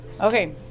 Okay